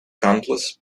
countless